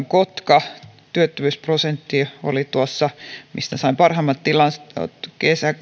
kotka työttömyysprosentti oli tuossa mistä sain parhaimmat tilastot